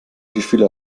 gefühle